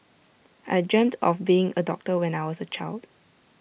I dreamt of being A doctor when I was A child